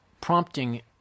prompting